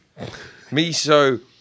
miso